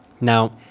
Now